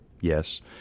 Yes